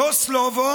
ג'ו סלובו